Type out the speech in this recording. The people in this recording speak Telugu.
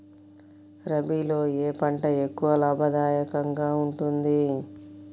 రబీలో ఏ పంట ఎక్కువ లాభదాయకంగా ఉంటుంది?